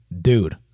Dude